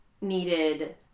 needed